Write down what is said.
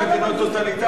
למדינות טוטליטריות.